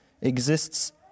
exists